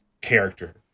character